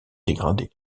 dégradées